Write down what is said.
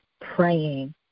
praying